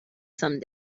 some